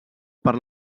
per